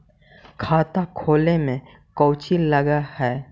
खाता खोले में कौचि लग है?